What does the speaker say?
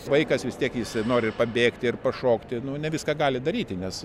vaikas vis tiek jisai nori ir pabėgti ir pašokti nu ne viską gali daryti nes